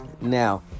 Now